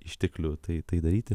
išteklių tai tai daryti